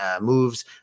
moves